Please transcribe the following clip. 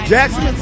Jackson